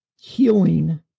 healing